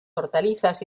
hortalizas